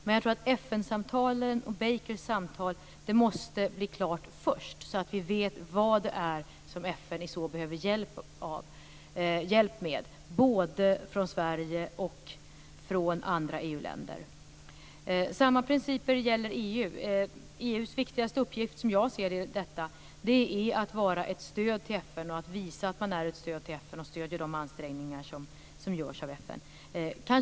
Men jag tror att FN-samtalen och Bakers samtal måste bli klara först, så att vi vet vad det är som FN behöver hjälp med både från Sverige och från andra EU-länder. Samma principer gäller EU. EU:s viktigaste uppgift i detta är, som jag ser det, att visa att man är ett stöd till FN och att stödja de ansträngningar som görs av FN.